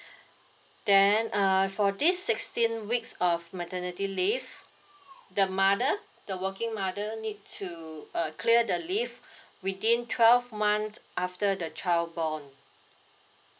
then err for this sixteen weeks of maternity leave the mother the working mother need to uh clear the leave within twelve months after the child born